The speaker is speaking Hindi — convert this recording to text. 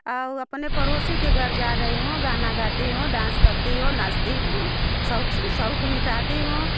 और अपने पड़ोसी के घर जा रही हूँ गाना गाती हूँ डांस करती हूँ नाचती हूँ शौक शौक मिटाती हूँ